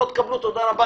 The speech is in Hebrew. ואם לא תקבלו תודה רבה,